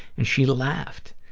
and she laughed.